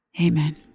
Amen